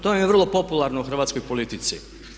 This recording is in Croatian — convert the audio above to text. To vam je vrlo popularno u hrvatskoj politici.